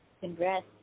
congrats